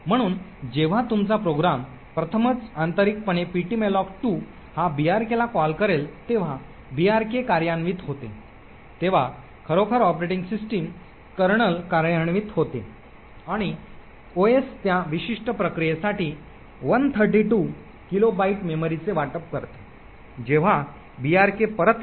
म्हणून जेव्हा तुमचा प्रोग्रॅम प्रथमच आंतरिकपणे ptmalloc2 हा brk ला कॉल करेल तेव्हा brk कार्यान्वित होते तेव्हा खरोखर ऑपरेटिंग सिस्टम कर्नल कार्यान्वित होते आणि ओएस त्या विशिष्ट प्रक्रियेसाठी 132 किलोबाइट मेमरीचे वाटप करते जेव्हा brk परत येते